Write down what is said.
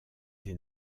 des